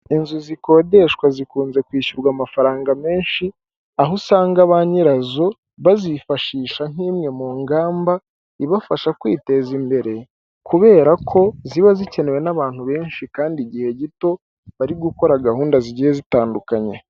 Inzu zikodeshwa zikunze kwishyurwa amafaranga menshi, aho usanga ba nyirazo bazifashisha nk'imwe mu ngamba ibafasha kwiteza imbere, kubera ko ziba zikenewe n'abantu benshi kandi igihe gito, bari gukora gahunda zigiye zitandukanye.